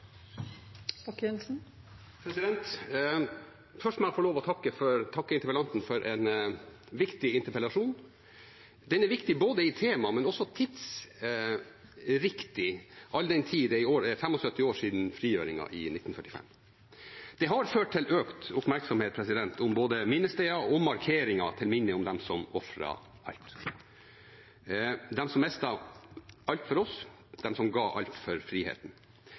regjeringen. Først må jeg få lov til å takke interpellanten for en viktig interpellasjon. Den er viktig i tema, men den er også tidsriktig, all den tid det i år er 75 år siden frigjøringen i 1945. Det har ført til økt oppmerksomhet om både minnesteder og markeringer til minne om dem som ofret alt – om dem som mistet alt for oss, dem som ga alt for friheten.